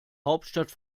hauptstadt